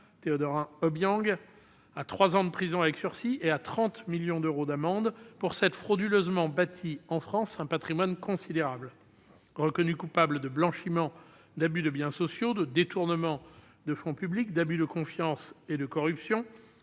Teodorin Obiang, à trois ans de prison avec sursis et à 30 millions d'euros d'amende, pour s'être frauduleusement bâti en France un patrimoine considérable. L'ayant reconnu coupable de blanchiment d'abus de biens sociaux, de détournement de fonds publics, d'abus de confiance et de corruption,